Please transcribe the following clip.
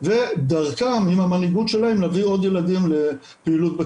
וכמובן הנתונים לאורך זמן על המגמות ייתנו